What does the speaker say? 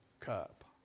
cup